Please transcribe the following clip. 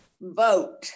vote